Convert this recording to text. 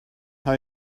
are